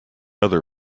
other